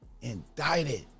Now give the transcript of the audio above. indicted